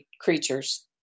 creatures